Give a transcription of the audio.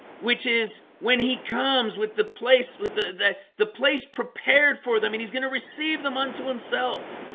which is when he comes with the place with the the the place prepared for them and he's going to receive them unto himself